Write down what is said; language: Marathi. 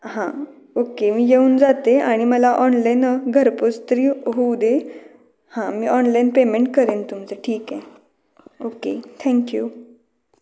हा ओके मी येऊन जाते आणि मला ऑनलाईन घरपोच तरी होऊ दे हा मी ऑनलाईन पेमेंट करेन तुमचं ठीक आहे ओके थँक यू